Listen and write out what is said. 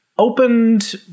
Opened